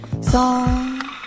song